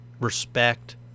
respect